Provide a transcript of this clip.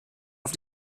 auf